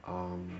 um